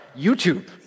YouTube